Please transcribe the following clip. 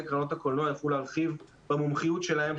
קרנות הקולנוע יוכלו להרחיב במומחיות שלהם,